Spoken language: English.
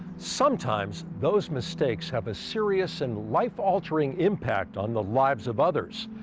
sometimes those mistakes have a serious and life-altering impact on the lives of others.